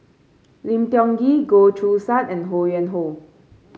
Lim Tiong Ghee Goh Choo San and Ho Yuen Hoe